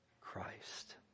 Christ